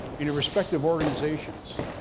in your respective organizations.